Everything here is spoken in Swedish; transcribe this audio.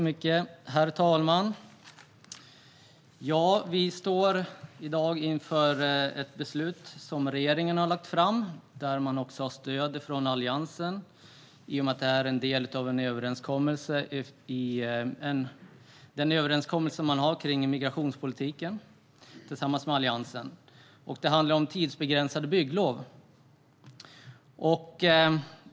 Herr talman! Vi står i dag inför ett förslag som regeringen har lagt fram. Man har stöd av Alliansen, eftersom detta är en del av regeringens och Alliansens överenskommelse om migrationspolitiken. Förslaget handlar om tidsbegränsade bygglov.